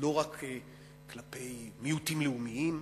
לא רק כלפי מיעוטים לאומיים,